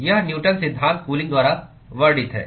यह न्यूटन सिद्धांत कूलिंग द्वारा वर्णित है